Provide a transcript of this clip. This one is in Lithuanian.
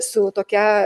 su tokia